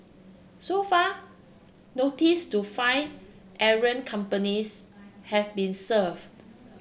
so far notice to five errant companies have been served